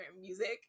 music